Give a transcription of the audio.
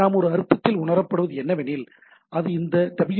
நாம் ஒரு அர்த்தத்தில் உணரப்படுவது என்னவெனில் அது இந்த டபில்யு